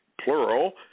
plural